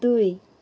दुई